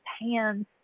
hands